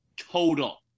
total